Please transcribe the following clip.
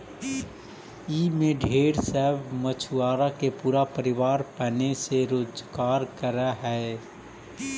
ई में ढेर सब मछुआरा के पूरा परिवार पने से रोजकार कर हई